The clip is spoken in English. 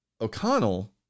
O'Connell